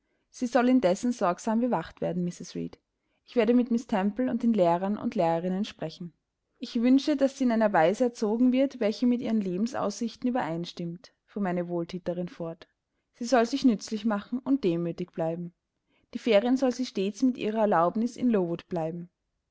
sie soll indessen sorgsam bewacht werden mrs reed ich werde mit miß temple und den lehrern und lehrerinnen sprechen ich wünsche daß sie in einer weise erzogen wird welche mit ihren lebensaussichten übereinstimmt fuhr meine wohlthäterin fort sie soll sich nützlich machen und demütig bleiben die ferien soll sie stets mit ihrer erlaubnis in lowood bleiben